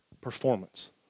performance